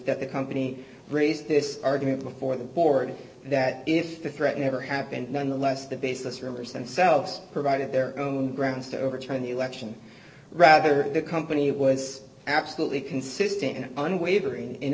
that the company raised this argument before the board that if the threat never happened nonetheless the basis rumors and selves provided their own grounds to overturn the election rather the company was absolutely consistent and unwavering